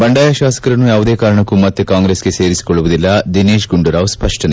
ಬಂಡಾಯ ಶಾಸಕರನ್ನು ಯಾವುದೇ ಕಾರಣಕ್ಕೂ ಮತ್ತೆ ಕಾಂಗ್ರೆಸ್ಗೆ ಸೇರಿಸಿಕೊಳ್ಳುವುದಿಲ್ಲ ದಿನೇತ್ ಗುಂಡೂರಾವ್ ಸ್ಪಷ್ಟನೆ